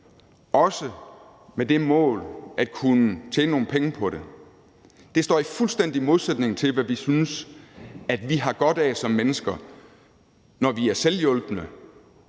også med det mål at kunne tjene nogle penge på det, står i fuldstændig modsætning til, hvad vi synes vi har godt af som mennesker, når vi er selvhjulpne